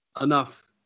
Enough